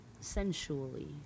sensually